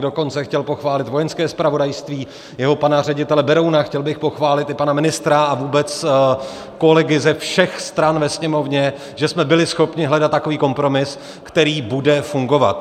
Dokonce bych chtěl pochválit Vojenské zpravodajství, jeho pana ředitele Berouna, chtěl bych pochválit i pana ministra a vůbec kolegy ze všech stran ve Sněmovně, že jsme byli schopni hledat takový kompromis, který bude fungovat.